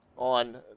on